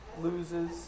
loses